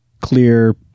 clear